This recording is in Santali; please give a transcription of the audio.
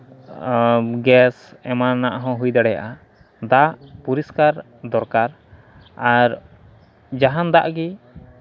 ᱜᱮᱥ ᱮᱢᱟᱱᱟᱜ ᱦᱚᱸ ᱦᱩᱭ ᱫᱟᱲᱮᱭᱟᱜᱼᱟ ᱫᱟᱜ ᱯᱚᱨᱤᱥᱠᱟᱨ ᱫᱚᱨᱠᱟᱨ ᱟᱨ ᱡᱟᱦᱟᱱ ᱫᱟᱜ ᱜᱮ